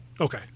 Okay